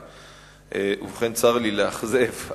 שגרמו לנזק סביבתי רב.